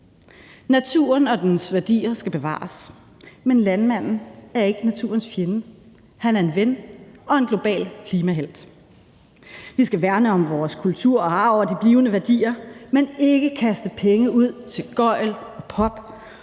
Naturen og dens værdier skal bevares, men landmanden er ikke naturens fjende, han er en ven og en global klimahelt. Vi skal værne om vores kultur og arv og de blivende værdier, men ikke kaste penge ud til gøgl og pop